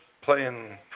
playing